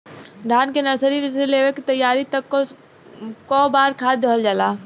धान के नर्सरी से लेके तैयारी तक कौ बार खाद दहल जाला?